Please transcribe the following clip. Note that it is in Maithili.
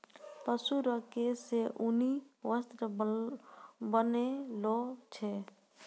पशु रो केश से ऊनी वस्त्र बनैलो छै